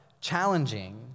Challenging